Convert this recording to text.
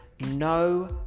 no